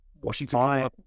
Washington